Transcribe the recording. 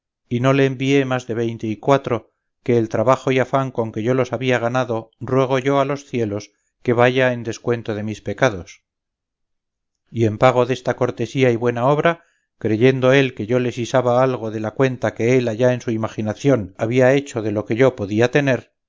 y no le envié más de veinte y cuatro que el trabajo y afán con que yo los había ganado ruego yo a los cielos que vaya en descuento de mis pecados y en pago desta cortesía y buena obra creyendo él que yo le sisaba algo de la cuenta que él allá en su imaginación había hecho de lo que yo podía tener